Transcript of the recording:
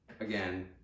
again